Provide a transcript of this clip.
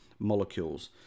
molecules